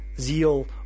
zeal